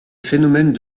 phénomène